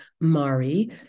Mari